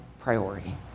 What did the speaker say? priority